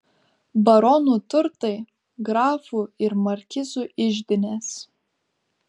baronų turtai grafų ir markizų iždinės